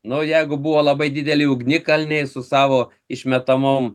nu jeigu buvo labai dideli ugnikalniai su savo išmetamom